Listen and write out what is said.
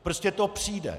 Prostě to přijde.